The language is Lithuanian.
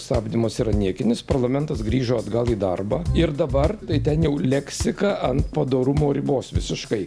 stabdymas yra niekinis parlamentas grįžo atgal į darbą ir dabar tai ten jau leksika ant padorumo ribos visiškai